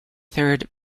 third